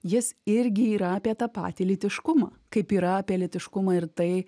jis irgi yra apie tą patį lytiškumą kaip yra apie lytiškumą ir tai